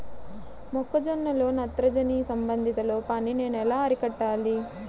మొక్క జొన్నలో నత్రజని సంబంధిత లోపాన్ని నేను ఎలా అరికట్టాలి?